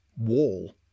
wall